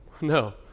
No